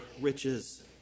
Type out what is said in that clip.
riches